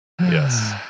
Yes